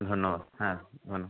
ধন্যবাদ হ্যাঁ ধন্যবাদ